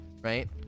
right